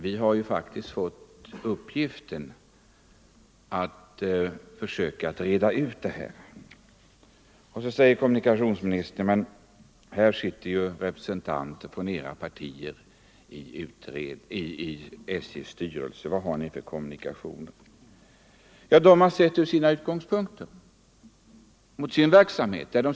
Vi har faktiskt fått i uppgift att försöka reda ut det i utredningen. Kommunikationsministern säger att det i SJ:s styrelse sitter representanter för våra partier, och han frågar: Vad har ni för kommunikation er emellan? Men dessa representanter har sett frågan mot bakgrunden av sin verksamhet.